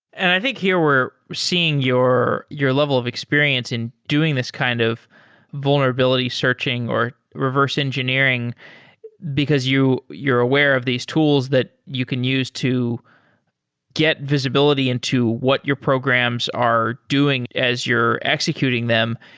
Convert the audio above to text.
and i think here we're seeing your your level of experience in doing this kind of vulnerability searching or reverse engineering because you're aware of these tools that you can use to get visibility into what your programs are doing as you're executing them.